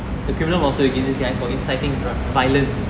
the criminal lawsuit against guys for inciting violence